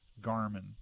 Garmin